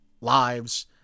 lives